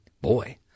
boy